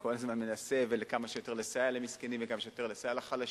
שכל הזמן מנסה כמה שיותר לסייע למסכנים וכמה שיותר לסייע לחלשים,